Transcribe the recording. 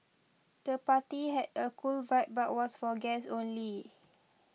the party had a cool vibe but was for guests only